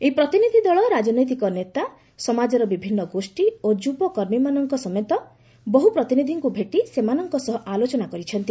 ଏହି ପ୍ରତିନିଧି ଦଳ ରାଜନୈତିକ ନେତା ସମାଜର ବିଭିନ୍ନ ଗୋଷ୍ଠୀ ଓ ଯୁବ କର୍ମୀମାନଙ୍କ ସମେତ ବହୁ ପ୍ରତିନିଧିଙ୍କୁ ଭେଟି ସେମାନଙ୍କ ସହ ଆଲୋଚନା କରିଛନ୍ତି